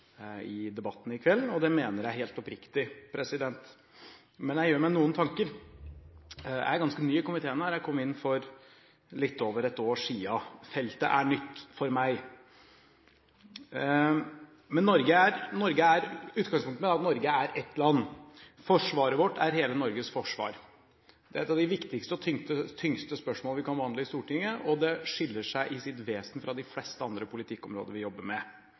i debatten i kveld – det mener jeg helt oppriktig. Jeg gjør meg noen tanker. Jeg er ganske ny i denne komiteen, jeg kom inn for litt over ett år siden. Feltet er nytt for meg. Men utgangspunktet må være at Norge er ett land. Forsvaret vårt er hele Norges forsvar. Det er et av de viktigste og tyngste spørsmål vi kan behandle i Stortinget, og det skiller seg i sitt vesen fra de fleste andre politikkområder vi jobber med.